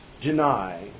deny